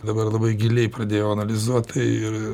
dabar labai giliai pradėjau analizuot ir